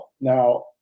Now